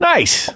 Nice